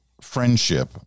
friendship